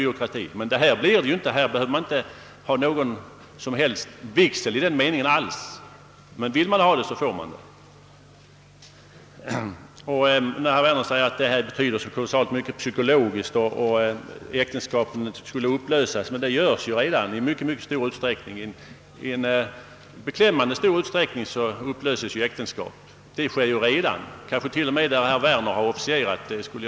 Enligt motionen skulle det inte behövas någon vigsel alls, men man skulle få undergå vigsel om man ville det. Herr Werner säger att vigseln har stor psykologisk betydelse och att äktenskapen skulle upplösas ännu mer om inte vigseln vore obligatorisk. Men äktenskap upplöses ju redan i beklämmande stor utsträckning, kanske t.o.m. i sådana fall där herr Werner har officierat vid vigseln.